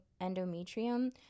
endometrium